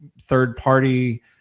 third-party